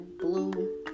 blue